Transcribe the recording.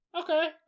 okay